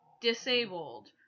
disabled